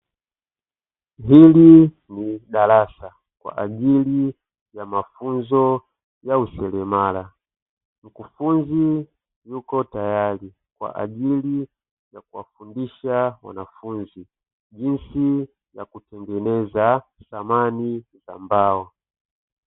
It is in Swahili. Hili ni darasa kwa ajili ya mafunzo ya useremala, mkufunzi yuko tayari kwa ajili ya kuwafundisha wanafunzi jinsi ya kutengeneza samani za mbao.